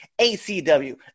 ACW